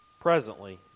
Presently